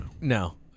no